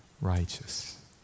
righteous